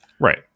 Right